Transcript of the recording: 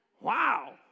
Wow